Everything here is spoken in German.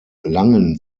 langen